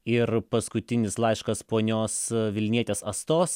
ir paskutinis laiškas ponios vilnietės astos